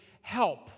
help